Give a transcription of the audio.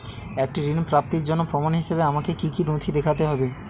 একটি ঋণ প্রাপ্তির জন্য প্রমাণ হিসাবে আমাকে কী কী নথি দেখাতে হবে?